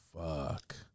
fuck